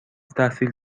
تحصیل